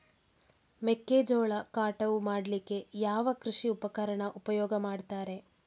ಮೆಕ್ಕೆಜೋಳ ಕಟಾವು ಮಾಡ್ಲಿಕ್ಕೆ ಯಾವ ಕೃಷಿ ಉಪಕರಣ ಉಪಯೋಗ ಮಾಡ್ತಾರೆ?